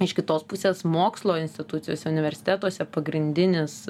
iš kitos pusės mokslo institucijose universitetuose pagrindinis